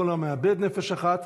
כל המאבד נפש אחת,